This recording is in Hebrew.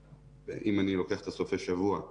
אם אני לוקח את סופי השבוע,